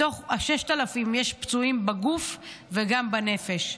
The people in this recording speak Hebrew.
מתוך ה-6,000 יש פצועים בגוף וגם בנפש.